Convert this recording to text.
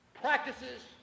practices